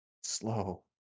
slow